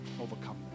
overcome